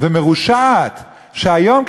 ומרושעת שהיום,